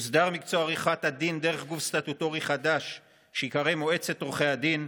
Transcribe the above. יוסדר מקצוע עריכת הדין דרך גוף סטטוטורי חדש שייקרא מועצת עורכי הדין,